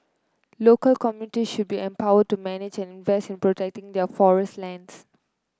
local communities should be empowered to manage and invest in protecting their forest lands